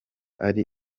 ari